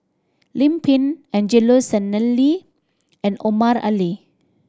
Lim Pin Angelo Sanelli and Omar Ali